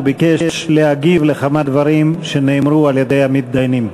הוא ביקש להגיב על כמה דברים שנאמרו על-ידי המתדיינים.